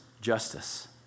justice